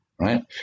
Right